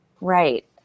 Right